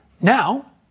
Now